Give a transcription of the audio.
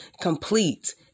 complete